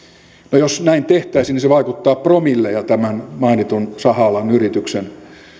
no jos näin tehtäisiin niin se vaikuttaisi promilleja tämän mainitun saha alan yrityksen